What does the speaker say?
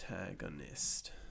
Antagonist